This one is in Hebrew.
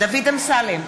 דוד אמסלם,